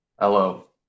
Hello